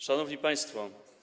Szanowni Państwo!